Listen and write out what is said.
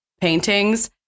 paintings